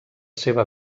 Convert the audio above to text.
seva